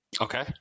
Okay